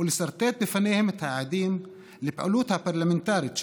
ולסרטט בפניהם את היעדים לפעילות הפרלמנטרית שלנו,